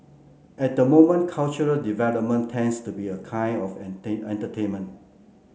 at the moment cultural development tends to be a kind of entertainment